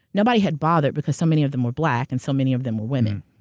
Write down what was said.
nobody had bothered because so many of them were black, and so many of them were women.